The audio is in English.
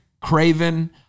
Craven